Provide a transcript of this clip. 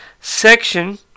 section